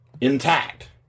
intact